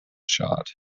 shot